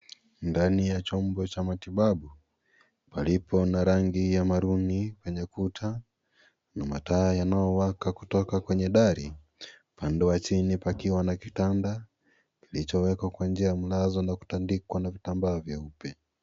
Ndani ya chombo cha matibabu, palipo na rangi ya marooni kwenye kuta na mataa yanayowaka kutoka kwenye dari. Pande wa chini pakiwa na kitanda kilichowekwa kwa njia ya mlazo na kutandikwa na kitambaa cheupe.